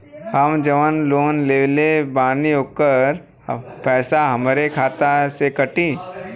हम जवन लोन लेले बानी होकर पैसा हमरे खाते से कटी?